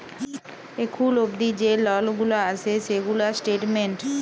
এখুল অবদি যে লল গুলা আসে সেগুলার স্টেটমেন্ট